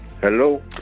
Hello